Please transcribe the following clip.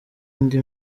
indi